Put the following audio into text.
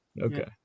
Okay